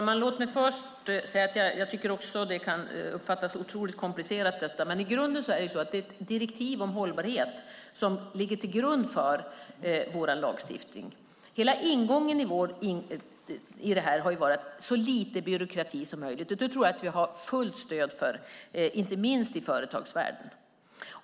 Herr talman! Jag tycker också att detta kan uppfattas som otroligt komplicerat. Men det är ett direktiv om hållbarhet som ligger till grund för vår lagstiftning. Hela ingången i det här har varit så lite byråkrati som möjligt, och jag tror att vi har fullt stöd för det, inte minst i företagsvärlden.